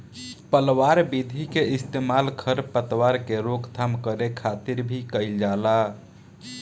पलवार विधि के इस्तेमाल खर पतवार के रोकथाम करे खातिर भी कइल जाला